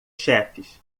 chefes